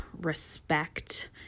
respect